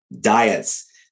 diets